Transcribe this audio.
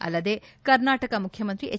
ಅಲ್ಲದೆ ಕರ್ನಾಟಕ ಮುಖ್ಯಮಂತ್ರಿ ಹೆಚ್